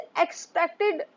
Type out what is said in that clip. expected